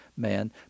Man